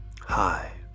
Hi